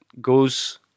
goes